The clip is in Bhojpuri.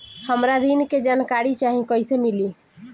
हमरा ऋण के जानकारी चाही कइसे मिली?